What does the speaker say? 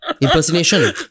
Impersonation